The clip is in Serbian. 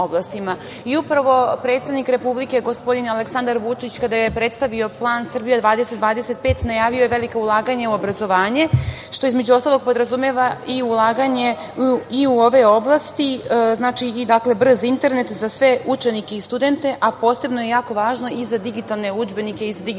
je predsednik Republike gospodin Aleksandar Vučić, kada je predstavio plan Srbija 2025, najavio velika ulaganja u obrazovanje, što podrazumeva i ulaganje u ove oblasti. Znači, brz internet za sve učenike i studente, a posebno je jako važno i za digitalne udžbenike i za digitalne